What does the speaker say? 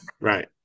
Right